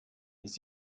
ist